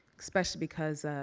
especially because